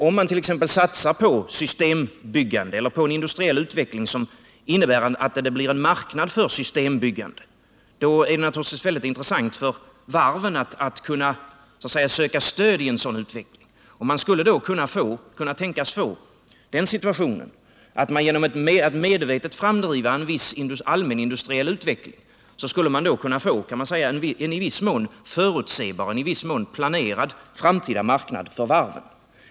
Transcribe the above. Om man t.ex. satsar på systembyggande eller på en industriell utveckling som innebär att det blir en marknad för systembyggande, är det naturligtvis intressant för varven att kunna så att säga söka stöd i en sådan utveckling. Då skulle den situationen kunna tänkas uppstå att man genom ett medvetet framdrivande av allmänindustriell utveckling skulle kunna få en i viss mån förutsebar och planerad framtida marknad för varven.